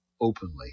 openly